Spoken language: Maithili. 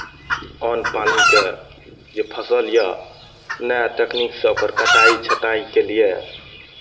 अन्न पानिके जे फसल यए नया तकनीकसँ ओकर कटाइ छँटाइके लिए